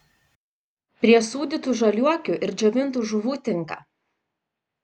prie sūdytų žaliuokių ir džiovintų žuvų tinka